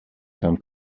qu’un